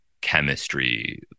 chemistry